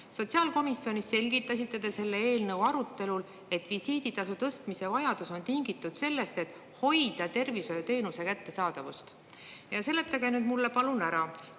Sotsiaalkomisjonis selgitasite te selle eelnõu arutelul, et visiiditasu tõstmise vajadus on tingitud sellest, et hoida tervishoiuteenuse kättesaadavust. Seletage mulle palun ära,